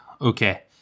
Okay